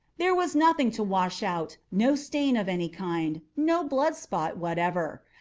there was nothing to wash out no stain of any kind no blood-spot whatever.